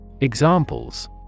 Examples